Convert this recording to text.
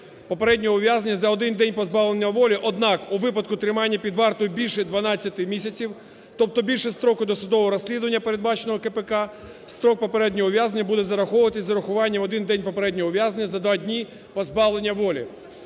попереднього ув'язнення за один день позбавлення волі. Однак у випадку тримання під вартою більше 12 місяців, тобто більше строку досудового розслідування, передбаченого КПК, строк попереднього ув'язнення буде зараховуватись з урахуванням: один день попереднього ув'язнення за два дні позбавлення волі.